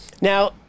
Now